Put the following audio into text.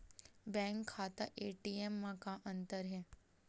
Bank खाता ATM मा का अंतर हे?